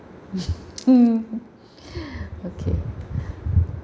okay